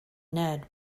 ned